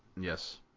Yes